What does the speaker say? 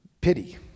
pity